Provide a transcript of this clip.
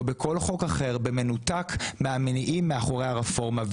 בכל חוק אחר במנותק מהמניעים מאחורי הרפורמה.